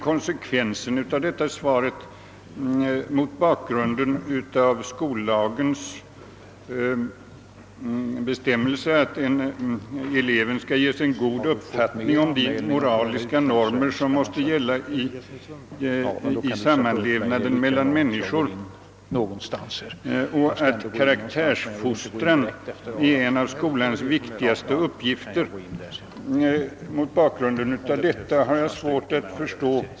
Konsekvensen av svaret mot bakgrunden av skolstadgans bestämmelser, som säger att eleven skall ges en god uppfattning om de moraliska normer som måste gälla i sammanlevnaden mellan människor och att karaktärsfostran är en av skolans viktigaste uppgifter, har jag svårt att förstå.